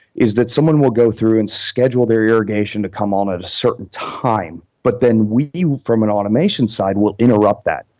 is that someone will go through and schedule their irrigation to come on at a certain time, but then we, from an automation side, will interrupt that.